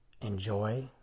enjoy